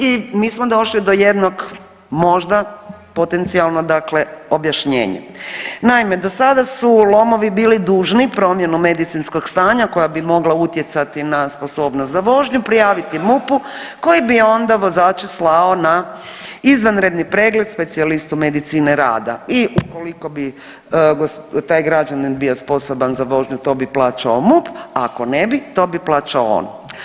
I mi smo došli do jednog možda potencijalno dakle objašnjenje, naime, do sada su LOM-ovi bili dužni promjenu medicinskog stanja koja bi mogla utjecati na sposobnost za vožnju prijaviti MUP-u koji bi onda vozače slao na izvanredni pregled specijalistu medicine rada i ukoliko bi taj građanin bio sposoban za vožnju to bi plaćao MUP, a ako ne bi to bi plaćao on.